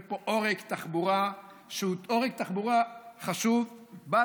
פה עורק תחבורה שהוא עורק תחבורה חשוב,